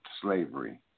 slavery